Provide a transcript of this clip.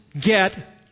get